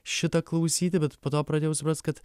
šitą klausyti bet po to pradėjau suprast kad